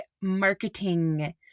marketing